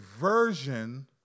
version